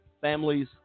families